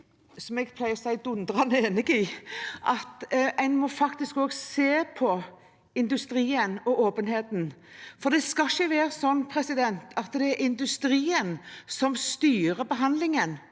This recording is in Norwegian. som jeg pleier å si – dundrende enig i at en faktisk også må se på industrien og åpenheten. Det skal ikke være sånn at det er industrien som styrer behandlingen,